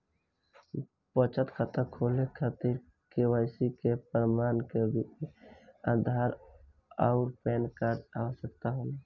बचत खाता खोले के खातिर केवाइसी के प्रमाण के रूप में आधार आउर पैन कार्ड के आवश्यकता होला